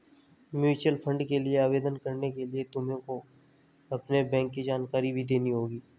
mutual fund के लिए आवेदन करने के लिए तुमको अपनी बैंक की जानकारी भी देनी होगी